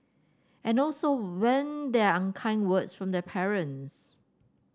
and also when there are unkind words from the parents